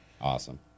awesome